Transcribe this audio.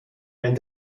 wenn